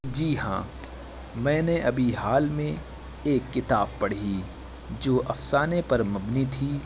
جی ہاں میں نے ابھی حال میں ایک کتاب پڑھی جو افسانے پر مبنی تھی